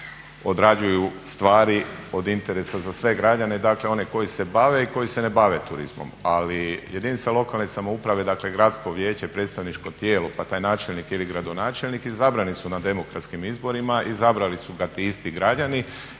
odrađuju stvari od interesa za sve građane dakle oni koji se bave i koji se ne bave turizmom. Ali jedinice lokalne samouprave dakle gradsko vijeće, predstavničko tijelo pa taj načelnik ili gradonačelnik izabrani su na demokratskim izborima, izabrali su ga ti isti građani